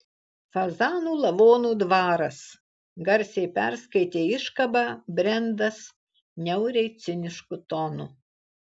fazanų lavonų dvaras garsiai perskaitė iškabą brendas niauriai cinišku tonu